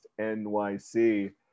NYC